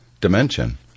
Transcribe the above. dimension